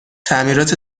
تعمیرات